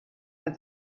der